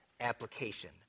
application